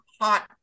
hot